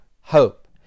hope